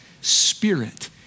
spirit